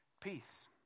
peace